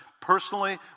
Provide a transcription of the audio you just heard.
Personally